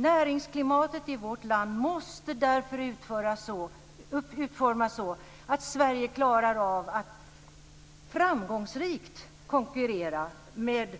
Näringsklimatet i vårt land måste därför utformas så att Sverige klarar av att framgångsrikt konkurrera med